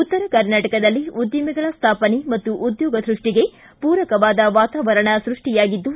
ಉತ್ತರ ಕರ್ನಾಟಕದಲ್ಲಿ ಉದ್ದಿಮೆಗಳ ಸ್ಥಾಪನೆ ಮತ್ತು ಉದ್ಯೋಗ ಸೃಷ್ಟಿಗೆ ಪೂರಕವಾದ ವಾತಾವರಣ ಸೃಷ್ಟಿಯಾಗಿದ್ದು